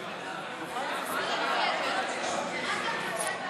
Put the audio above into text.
איסור על מכירת מוצרים במחירי הפסד),